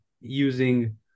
using